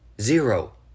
Zero